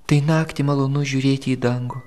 tai naktį malonu žiūrėti į dangų